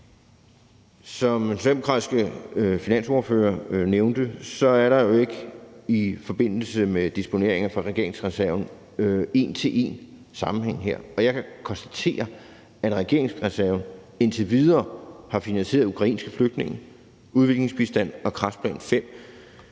socialdemokratiske finansordfører nævnte, er der jo i forbindelse med disponeringerne fra regeringsreserven her ikke en en til en-sammenhæng, og jeg kan konstatere, at regeringsreserven indtil videre har finansieret ukrainske flygtninge, udviklingsbistand og kræftplan V,